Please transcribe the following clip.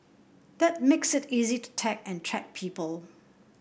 that makes it easy to tag and track people